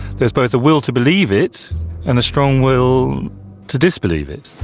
there is both a will to believe it and a strong will to disbelieve it,